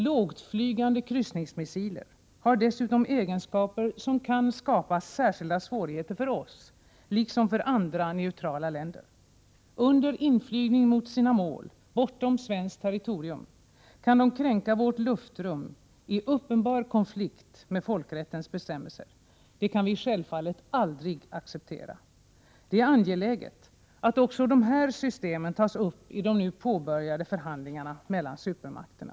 Lågtflygande kryssningsmissiler har dessutom egenskaper som kan skapa särskilda svårigheter för oss liksom för andra neutrala länder. Under inflygning mot sina mål bortom svenskt territorium kan de kränka vårt luftrum i uppenbar konflikt med folkrättens bestämmelser. Detta kan vi självfallet aldrig acceptera. Det är angeläget att också dessa system tas upp i de nu påbörjade förhandlingarna mellan supermakterna.